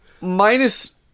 minus